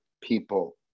people